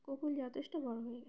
কোকিল যথেষ্ট বড় হয়ে গিয়েছে